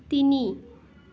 তিনি